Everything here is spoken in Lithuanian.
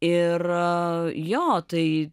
ir jo tai